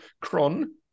cron